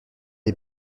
est